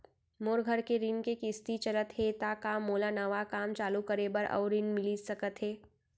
मोर घर के ऋण के किसती चलत हे ता का मोला नवा काम चालू करे बर अऊ ऋण मिलिस सकत हे?